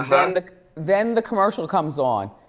then the then the commercial comes on.